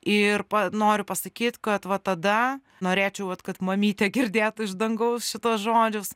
ir pa noriu pasakyt kad va tada norėčiau vat kad mamytė girdėtų iš dangaus šituos žodžius